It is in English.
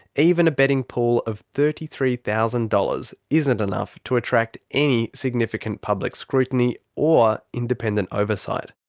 even a betting pool of thirty three thousand dollars isn't enough to attract any significant public scrutiny. or independent oversight.